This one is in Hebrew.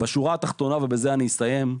בשורה התחתונה, ובזה אני אסיים.